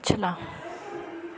ਪਿਛਲਾ